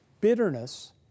bitterness